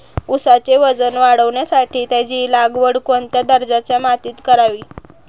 ऊसाचे वजन वाढवण्यासाठी त्याची लागवड कोणत्या दर्जाच्या मातीत करावी?